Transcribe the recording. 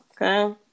Okay